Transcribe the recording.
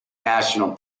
national